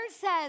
says